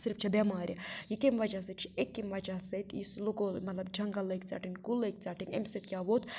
صِرف چھِ ٮ۪مارِ یہِ کَمہِ وجہہ سٍتۍ أکہِ ییٚمہِ وجہ سۭتۍ یُس لُکو مطلب جنٛگل لٲگۍ ژٹٕنۍ کُل لٲگۍ ژٹٕنۍ اَمہِ سۭتۍ کیٛاہ ووت